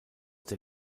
der